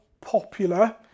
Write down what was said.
popular